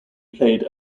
played